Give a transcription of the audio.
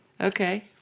Okay